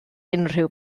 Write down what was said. unrhyw